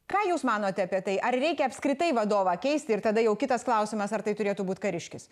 ką jūs manote apie tai ar reikia apskritai vadovą keisti ir tada jau kitas klausimas ar tai turėtų būti kariškis